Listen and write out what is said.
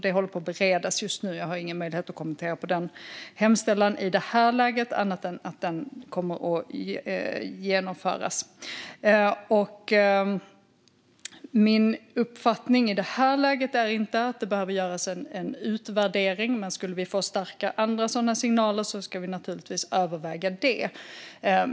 Den håller på att beredas just nu, och jag har ingen möjlighet att kommentera denna hemställan i det här läget annat än att beredning kommer att genomföras. Min uppfattning i det här läget är inte att det behöver göras en utvärdering, men om vi skulle få starka andra sådana signaler ska vi naturligtvis överväga det.